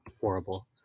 horrible